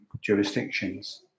jurisdictions